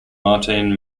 martine